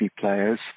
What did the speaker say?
players